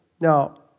Now